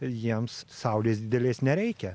jiems saulės didelės nereikia